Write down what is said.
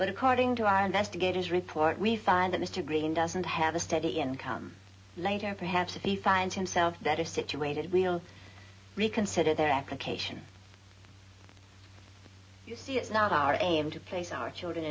but according to our investigators report we find that mr greene doesn't have a steady income later on perhaps if he finds himself that is situated we'll reconsider their application you see it's not our aim to place our children